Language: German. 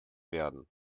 werden